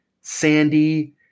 Sandy